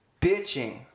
bitching